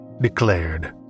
declared